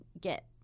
get